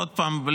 עוד פעם,